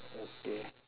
okay